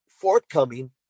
forthcoming